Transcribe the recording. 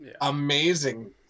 amazing